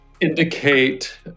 indicate